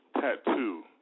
tattoo